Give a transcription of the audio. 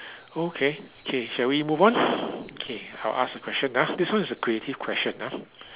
okay K shall we move on okay I'll ask a question ah this one is a creative question ah